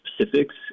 specifics